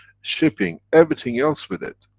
shipping, everything else with it.